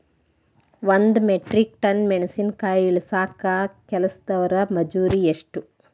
ಒಂದ್ metric ton ಮೆಣಸಿನಕಾಯಿ ಇಳಸಾಕ್ ಕೆಲಸ್ದವರ ಮಜೂರಿ ಎಷ್ಟ?